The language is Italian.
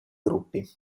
gruppi